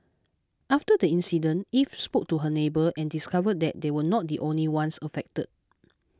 after the incident Eve spoke to her neighbour and discovered that they were not the only ones affected